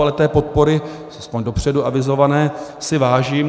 Ale té podpory, aspoň dopředu avizované, si vážím.